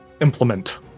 implement